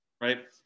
right